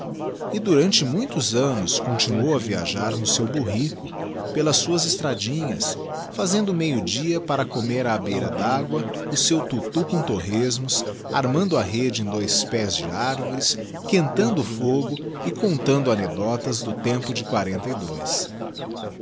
e durante muitos annos continuou a viajar no seu burrico pelas suas estradinhas fazendo o meio dia para comer á beira d'agua o seu tutu com torresmos armando a rede em dois pés úb arvores qúentando fogo e contando anecdotas do tempo de quórenta e dois